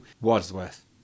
Wadsworth